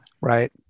Right